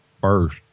first